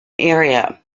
area